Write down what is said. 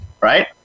Right